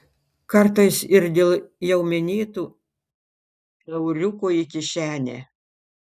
kartais ir dėl jau minėtų euriukų į kišenę